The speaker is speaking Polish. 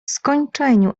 skończeniu